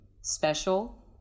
special